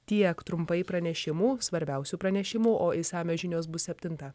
tiek trumpai pranešimų svarbiausių pranešimų o išsamios žinios bus septintą